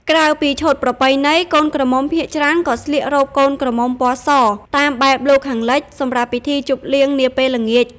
ក្រៅពីឈុតប្រពៃណី កូនក្រមុំភាគច្រើនក៏ស្លៀក រ៉ូបកូនក្រមុំពណ៌ស តាមបែបលោកខាងលិចសម្រាប់ពិធីជប់លៀងនាពេលល្ងាច ។